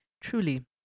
Truly